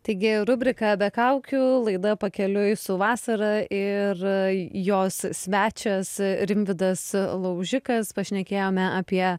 taigi rubrika be kaukių laida pakeliui su vasara ir jos svečias rimvydas laužikas pašnekėjome apie